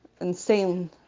Insane